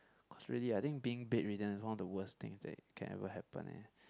cause really I think being bedridden is one of the worst thing that it can ever happen eh